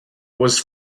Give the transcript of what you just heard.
was